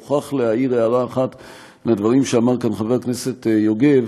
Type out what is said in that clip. אני מוכרח להעיר הערה אחת על הדברים שאמר כאן חבר הכנסת יוגב.